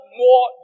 more